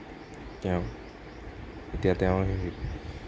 তেওঁ এতিয়া তেওঁৰ